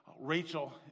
Rachel